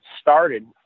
started